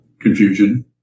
confusion